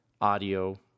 audio